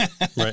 Right